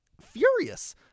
furious